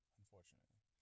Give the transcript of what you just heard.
unfortunately